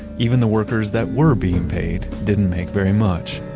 even the workers that were being paid didn't make very much.